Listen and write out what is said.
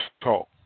talk